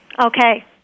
Okay